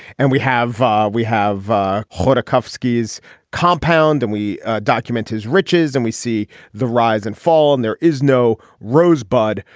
and we have ah we have ah heard acuff ski's compound and we document his riches and we see the rise and fall. and there is no rosebud.